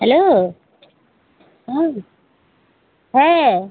hello বল হ্যাঁ